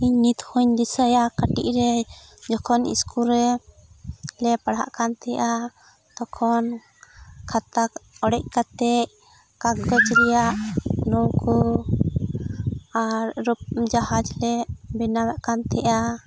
ᱤᱧ ᱱᱤᱛ ᱦᱚᱸᱧ ᱫᱤᱥᱟᱹᱭᱟ ᱠᱟᱹᱴᱤᱡ ᱨᱮ ᱡᱚᱠᱷᱚᱱ ᱤᱥᱠᱩᱞ ᱨᱮ ᱞᱮ ᱯᱟᱲᱦᱟᱜ ᱠᱟᱱ ᱛᱟᱦᱮᱱᱟ ᱛᱚᱠᱷᱚᱱ ᱠᱷᱟᱛᱟ ᱚᱲᱮᱡ ᱠᱟᱛᱮ ᱠᱟᱜᱚᱡᱽ ᱨᱮᱭᱟᱜ ᱱᱟᱹᱣᱠᱟᱹ ᱟᱨ ᱡᱟᱦᱟᱡ ᱞᱮ ᱵᱮᱱᱟᱣ ᱮᱫ ᱠᱟᱱ ᱛᱟᱦᱮᱱᱟ